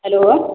hell